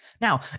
Now